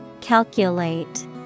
Calculate